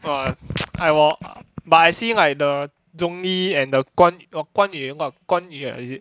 !wah! I 我 but I see like the zhong yi and the 关 got 关羽 and what 关羽 is it